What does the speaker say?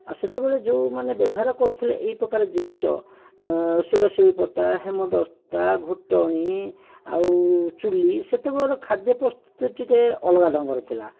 ଆଉ ସେତେବେଳେ ଯେଉଁମାନେ ବ୍ୟବହାର କରୁଥିଲେ ଏହିପ୍ରକାର ଜିନିଷ ଶିଳ ଶିଳୁପୋତା ହେମଦସ୍ତା ଘୋଟଣି ଆଉ ଚୁଲି ସେତେବେଳର ଖାଦ୍ୟ ପ୍ରସ୍ତୁତି ଟିକିଏ ଅଲଗା ଢଙ୍ଗର ଥିଲା